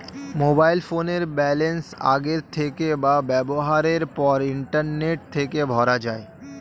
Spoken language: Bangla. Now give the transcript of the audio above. মোবাইল ফোনের ব্যালান্স আগের থেকে বা ব্যবহারের পর ইন্টারনেট থেকে ভরা যায়